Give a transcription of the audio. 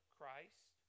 Christ